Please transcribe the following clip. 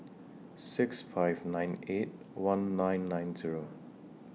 six five nine eight one nine nine Zero